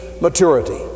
maturity